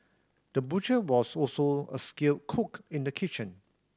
the butcher was also a skilled cook in the kitchen